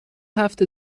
هفته